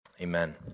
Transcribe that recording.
amen